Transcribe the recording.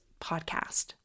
podcast